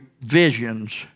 visions